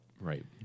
Right